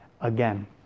again